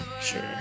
Sure